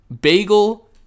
bagel